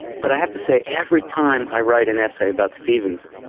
but i have to say, every time i write an essay about stevens,